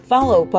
Follow